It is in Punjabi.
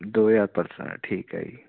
ਦੋ ਹਜ਼ਾਰ ਪਰਸਨ ਠੀਕ ਹੈ ਜੀ